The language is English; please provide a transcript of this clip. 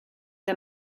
the